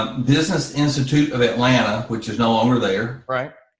business institute of atlanta, which is no longer there. right.